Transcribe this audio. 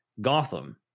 Gotham